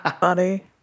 Funny